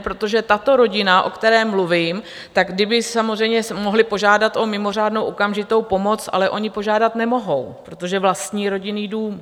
Protože tato rodina, o které mluvím, tak samozřejmě mohli požádat o mimořádnou okamžitou pomoc, ale oni požádat nemohou, protože vlastní rodinný dům.